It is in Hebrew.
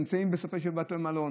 נמצאים בסופי שבוע בבתי מלון.